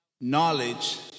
knowledge